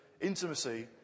intimacy